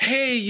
Hey